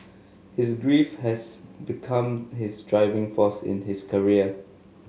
his grief has become his driving force in his career